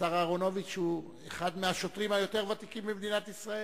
השר אהרונוביץ הוא אחד השוטרים הוותיקים במדינת ישראל.